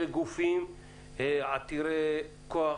אלה גופים עתירי כוח,